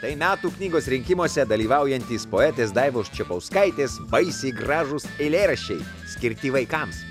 tai metų knygos rinkimuose dalyvaujantys poetės daivos čepauskaitės baisiai gražūs eilėraščiai skirti vaikams